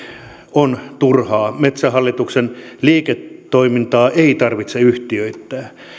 on turhaa metsähallituksen liiketoimintaa ei tarvitse yhtiöittää